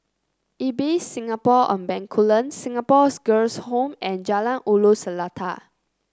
Ibis Singapore on Bencoolen Singapore's Girls' Home and Jalan Ulu Seletar